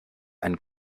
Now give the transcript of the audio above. ein